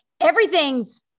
everything's